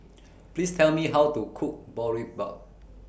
Please Tell Me How to Cook Boribap